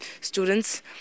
students